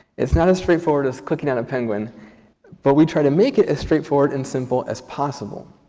it's not as straightforward as clicking on a penguin but we try to make it as straightforward and simple as possible.